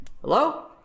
Hello